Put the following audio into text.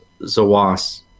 Zawas